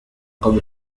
قبل